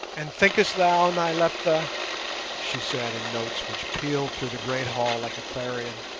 and thinkest thou, nyleptha she said in notes which pealed through the great hall like a clarion,